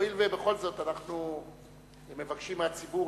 הואיל ובכל זאת אנחנו מבקשים מהציבור